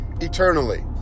eternally